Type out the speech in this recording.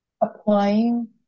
applying